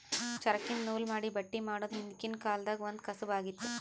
ಚರಕ್ದಿನ್ದ ನೂಲ್ ಮಾಡಿ ಬಟ್ಟಿ ಮಾಡೋದ್ ಹಿಂದ್ಕಿನ ಕಾಲ್ದಗ್ ಒಂದ್ ಕಸಬ್ ಆಗಿತ್ತ್